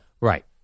Right